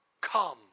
come